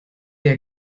der